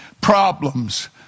problems